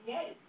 Yes